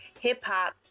Hip-hop